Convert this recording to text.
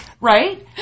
Right